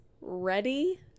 ready